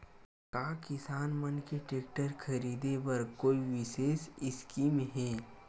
का किसान मन के टेक्टर ख़रीदे बर कोई विशेष स्कीम हे?